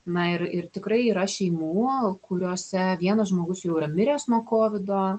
na ir ir tikrai yra šeimų kuriose vienas žmogus jau yra miręs nuo kovido